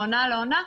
מעונה לעונה,